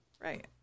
Right